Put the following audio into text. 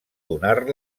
donar